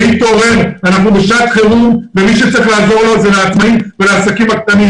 אנחנו בשעת חירום ומישהו צריך לעזור לעסקים הקטנים.